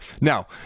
Now